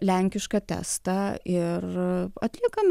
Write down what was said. lenkišką testą ir atliekame